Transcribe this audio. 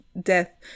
death